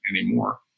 anymore